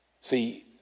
See